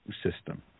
system